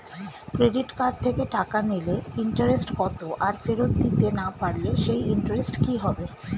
Credit card থেকে টাকা নিলে ইন্টারেস্ট কত আর ফেরত দিতে না পারলে সেই ইন্টারেস্ট কি হবে?